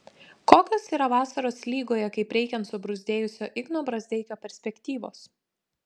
kokios yra vasaros lygoje kaip reikiant subruzdėjusio igno brazdeikio perspektyvos